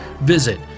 Visit